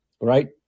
right